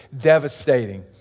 devastating